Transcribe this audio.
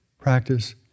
practice